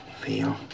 feel